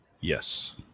Yes